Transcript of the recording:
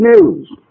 news